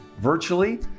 virtually